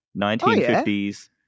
1950s